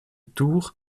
tour